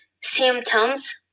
Symptoms